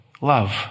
Love